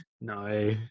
No